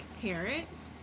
parents